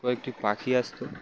কয়েকটি পাখি আসত